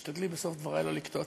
תשתדלי בסוף דברי לא לקטוע.